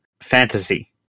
fantasy